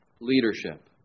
leadership